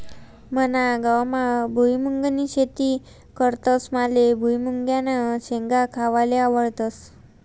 मना गावमा भुईमुंगनी शेती करतस माले भुईमुंगन्या शेंगा खावाले आवडस